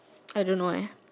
I don't know eh